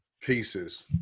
pieces